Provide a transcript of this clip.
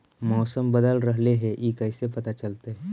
मौसम बदल रहले हे इ कैसे पता चलतै?